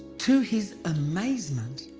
to his amazement,